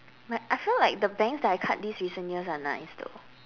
my I feel like the bangs that I cut these recent years are nice though